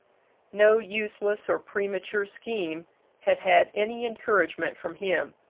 no useless or premature scheme had had any encouragement from him.